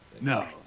no